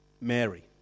Mary